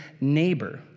neighbor